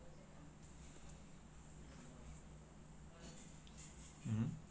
mmhmm